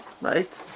right